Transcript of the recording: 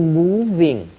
moving